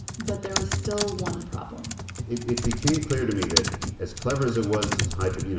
but there was still one problem it it became clear to me that as clever as it was to tie them, you know